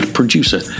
producer